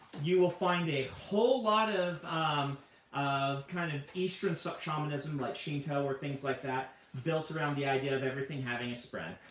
you will find a whole lot of um of kind of eastern so shamanism, like shinto or things like that, built around the idea of everything having a spren.